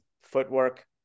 footwork